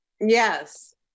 Yes